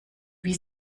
wie